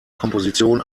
komposition